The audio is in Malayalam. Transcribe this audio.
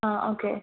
ആ ഓക്കേ